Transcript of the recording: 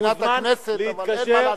מבחינת הכנסת, אבל אין מה לעשות.